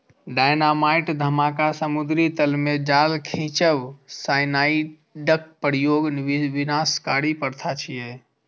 dynamite धमाका, समुद्री तल मे जाल खींचब, साइनाइडक प्रयोग विनाशकारी प्रथा छियै